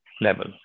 level